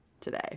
today